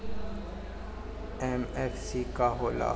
MFC का हो़ला?